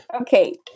Okay